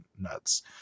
nuts